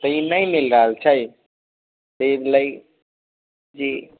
तऽ ई नहि मिल रहल छै तऽ ई लय जी